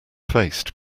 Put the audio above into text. faced